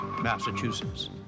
Massachusetts